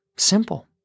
simple